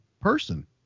person